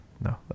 No